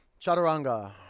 Chaturanga